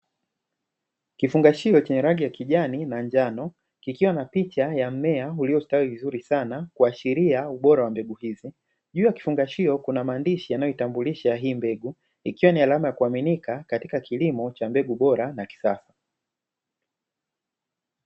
Kifungashio chenye rangi ya kijani na njano kikiwa na picha ya mmea uliostawi vizuri sana kuashiria ubora wa mbegu hizi, juu ya kifungashio kuna maandishi yanayoitambulisha hii mbegu ikiwa ni alama ya kuaminika katika kilimo cha mbegu bora na kisasa.